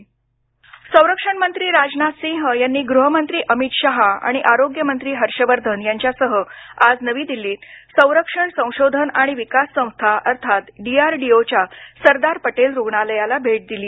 भेट संरक्षण मंत्री राजनाथ सिंह यांनी गृहमंत्री अमित शाह आणि आरोग्य मंत्री हर्षवर्धन यांच्यासह आज नवी दिल्लीत संरक्षण संशोधन आणि विकास संस्था अर्थात डीआरडीओच्या सरदार पटेल रुग्णालयाला भेट दिली